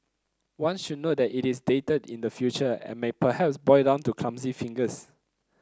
one should note that it is dated in the future and may perhaps boil down to clumsy fingers